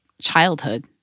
childhood